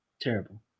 Terrible